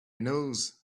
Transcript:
knows